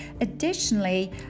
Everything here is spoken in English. Additionally